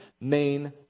main